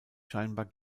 scheinbar